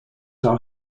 are